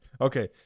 Okay